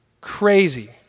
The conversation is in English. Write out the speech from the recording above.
Crazy